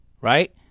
Right